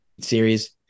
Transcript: series